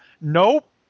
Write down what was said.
Nope